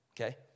Okay